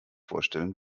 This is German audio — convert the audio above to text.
vorstellen